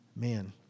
man